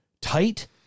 tight